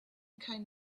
came